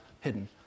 hidden